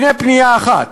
הנה פנייה אחת: